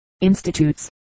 institutes